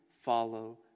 follow